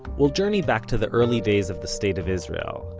we'll journey back to the early days of the state of israel,